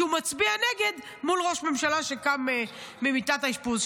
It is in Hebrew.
שהוא מצביע נגד מול ראש הממשלה שקם ממיטות האשפוז,